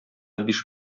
биш